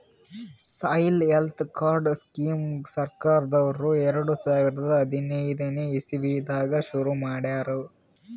soil health card scheme ಸರ್ಕಾರ್ದವ್ರು ಎರಡ ಸಾವಿರದ್ ಹದನೈದನೆ ಇಸವಿದಾಗ ಶುರು ಮಾಡ್ಯಾರ್